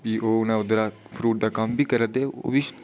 फ्ही ओह् ना उद्धरा फरूट दा कम्म बी करै दे हे